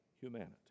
humanity